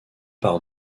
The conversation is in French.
par